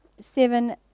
Seven